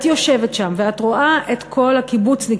את יושבת שם ואת רואה את כל הקיבוצניקים,